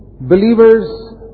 believers